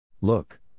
Look